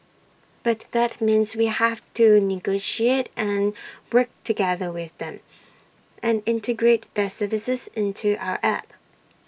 but that means we have to negotiate and work together with them and integrate their services into our app